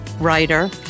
writer